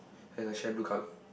and her chair blue colour